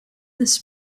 this